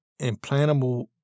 implantable